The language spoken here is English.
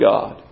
God